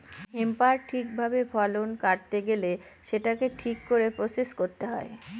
হেম্পের ঠিক ভাবে ফলন ঘটাতে গেলে সেটাকে ঠিক করে প্রসেস করতে হবে